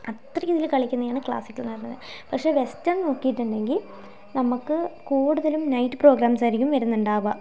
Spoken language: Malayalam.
അത്രയ്ക്കുമിതിൽ കളിക്കുന്നെയാണ് ക്ലാസ്സിക്കൽന്നു പറഞ്ഞത് പക്ഷേ വെസ്റ്റേൺ നോക്കീട്ടുണ്ടെങ്കിൽ നമുക്ക് കൂടുതലും നൈറ്റ് പ്രോഗ്രാംസ് ആയിരിക്കും വരുന്നുണ്ടാവുക